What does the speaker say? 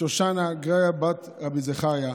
שושנה גריה בת רבי זכריה.